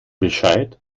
bescheid